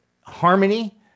harmony